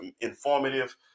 informative